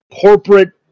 corporate